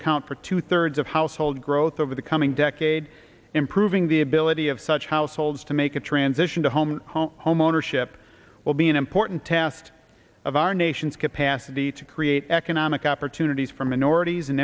account for two thirds of household growth over the coming decade improving the ability of such households to make a transition to home home homeownership will be an important test of our nation's capacity to create economic opportunities for minorities